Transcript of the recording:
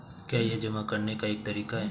क्या यह जमा करने का एक तरीका है?